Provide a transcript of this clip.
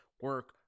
Work